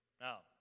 Now